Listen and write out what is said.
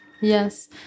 Yes